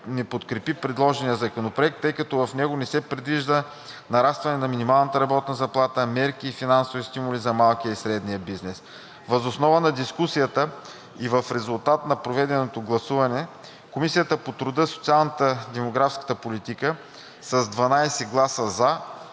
не подкрепи предложения законопроект, тъй като в него не се предвижда нарастване на минималната работна заплата, мерки и финансови стимули за малкия и средния бизнес. Въз основа на дискусията и в резултат на проведеното гласуване Комисията по труда, социалната и демографската политика с 12 гласа